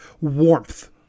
warmth